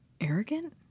arrogant